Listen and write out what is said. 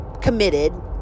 committed